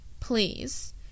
Please